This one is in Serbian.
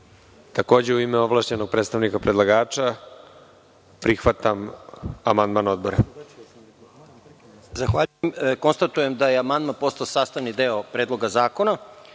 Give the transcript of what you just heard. Takođe, u ime ovlašćenog predstavnika predlagača, prihvatam amandman Odbora. **Žarko Korać** Konstatujem da je amandman postao sastavni deo Predloga zakona. Na